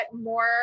more